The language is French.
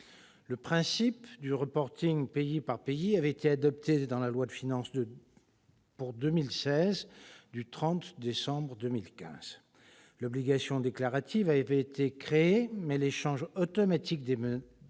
Le principe du reporting pays par pays avait été adopté dans la loi du 30 décembre 2015 de finances pour 2016. L'obligation déclarative avait été créée, mais l'échange automatique des données,